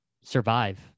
Survive